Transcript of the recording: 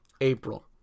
april